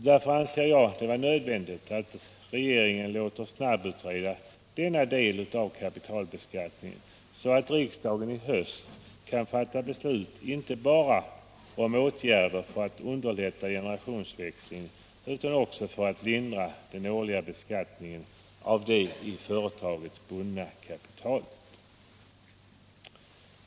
Därför anser jag det nödvändigt att regeringen låter snabbutreda denna del av kapitalbeskattningen, så att riksdagen i höst kan fatta beslut inte bara om åtgärder för att underlätta generationsväxlingen utan också för att lindra den årliga beskattningen av det i företagen bundna kapitalet.